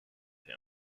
him